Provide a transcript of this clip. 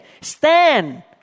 stand